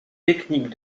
techniques